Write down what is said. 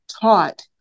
taught